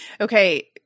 Okay